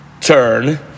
Turn